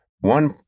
one